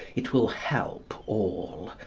it will help all,